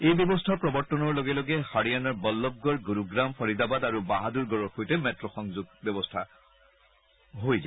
এই ব্যৱস্থাৰ প্ৰৱৰ্তনৰ লগে লগে হাৰিয়ানাৰ বল্লভগড় গুৰুগ্ৰাম ফৰিদাবাদ আৰু বাহাদুৰগড়ৰ সৈতে মেট্ট' সংযোগ ব্যৱস্থাৰে সংযোগ হব